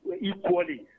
equally